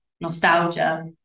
nostalgia